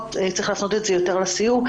להפנות את השאלה הזאת לסיור.